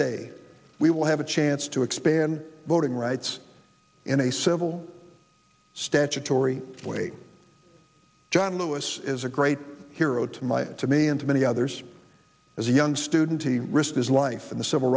day we will have a chance to expand voting rights in a civil statutory way john lewis is a great hero to my to me and to many others as a young student he risked his life in the civil